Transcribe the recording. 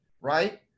right